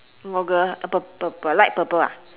purp~ purple light purple ah